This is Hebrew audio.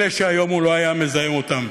אלה שהיום הוא לא היה מזהה אותם.